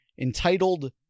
entitled